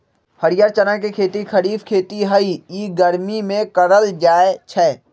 हरीयर चना के खेती खरिफ खेती हइ इ गर्मि में करल जाय छै